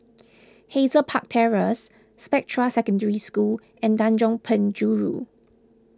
Hazel Park Terrace Spectra Secondary School and Tanjong Penjuru